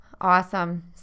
Awesome